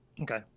Okay